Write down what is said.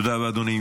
תודה רבה, אדוני.